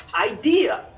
idea